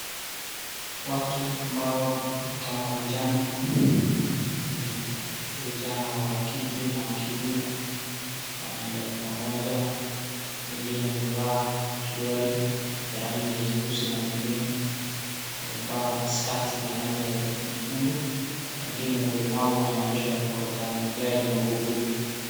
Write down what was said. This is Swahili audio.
Watu ambao ni kama vijana, ni vijana wa kike na wa kiume wanaenda pamoja, wengine wamevaa suruali ya rangi ya nyeusi na zingine wamevaa skati ya rangi ya nyekundu, wengine ni walemavu wanaendeshwa kwa gari ya magurudumu.